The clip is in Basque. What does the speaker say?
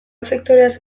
sektoreaz